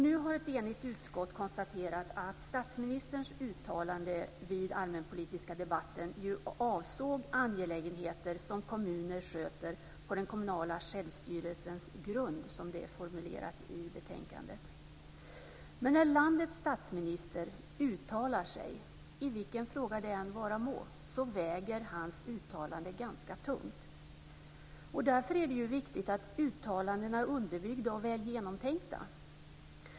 Nu har ett enigt utskott konstaterat att statsministerns uttalanden vid den allmänpolitiska debatten avsåg "angelägenheter som kommuner sköter på den kommunala självstyrelsens grund", som det är formulerat i betänkandet. När landets statsminister uttalar sig, i vilken fråga det än vara må, väger hans uttalande ganska tungt. Därför är det viktigt att uttalandena är underbyggda och väl genomtänkta.